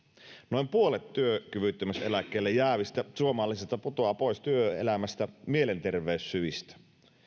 noin puolet työkyvyttömyyseläkkeelle jäävistä suomalaisista putoaa pois työelämästä mielenterveyssyistä